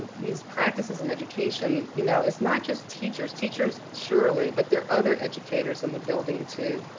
ah these practices in education, you know, it's not just teachers. teachers surely, but there are other educators in the building too.